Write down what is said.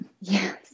Yes